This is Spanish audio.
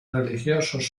religiosos